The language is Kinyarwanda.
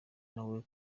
nawe